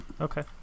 Okay